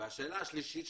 השאלה השלישית היא